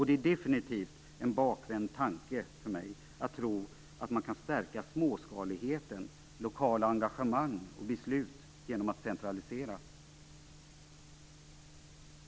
Det är definitivt en bakvänd tanke för mig att tro att man kan stärka småskalighet, lokala engagemang och beslut genom att centralisera.